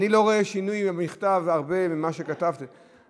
(תיקון, הבטחת זכויות בנייה לקונה),